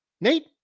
Nate